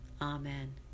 Amen